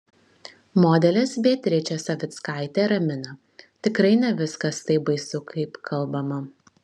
modelis beatričė savickaitė ramina tikrai ne viskas taip baisu kaip kalbama